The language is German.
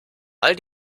all